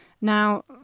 now